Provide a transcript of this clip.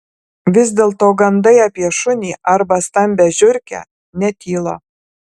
vis dėlto gandai apie šunį arba stambią žiurkę netyla